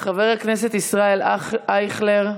חבר הכנסת ישראל אייכלר,